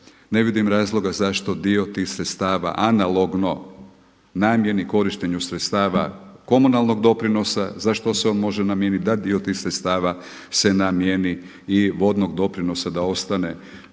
Ne vidim razloga zašto dio tih sredstava analogno namjeni korištenju sredstva komunalnog doprinosa, za što se on može namijeniti da dio tih sredstava se namijeni i vodnog doprinosa da ostane